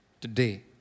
Today